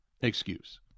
excuse